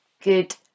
good